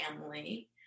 family